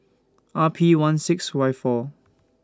R P one six Y four